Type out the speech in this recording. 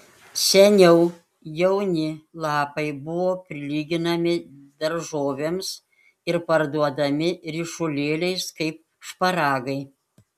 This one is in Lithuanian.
seniau jauni lapai buvo prilyginami daržovėms ir parduodami ryšulėliais kaip šparagai